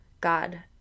God